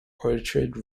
orchard